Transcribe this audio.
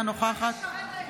אינה נוכחת שרן הגיעה.